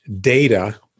data